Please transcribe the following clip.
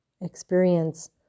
experience